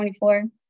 24